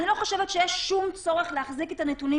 אני לא חושבת שיש שום צורך להחזיק את הנתונים